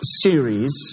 series